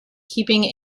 keeping